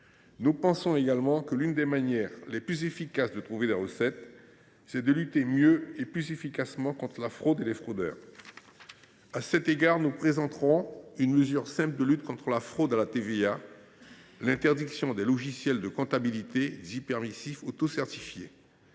Nous pensons également que l’une des manières les plus efficaces de trouver des recettes est de lutter mieux et plus efficacement contre la fraude et les fraudeurs. Nous présenterons à cet égard une mesure simple de lutte contre la fraude à la TVA : l’interdiction des logiciels de comptabilité dits permissifs autocertifiés.